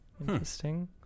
Interesting